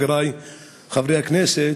חברי חברי הכנסת,